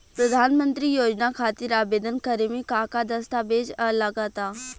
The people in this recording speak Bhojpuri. प्रधानमंत्री योजना खातिर आवेदन करे मे का का दस्तावेजऽ लगा ता?